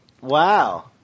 wow